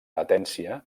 latència